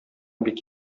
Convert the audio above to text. бик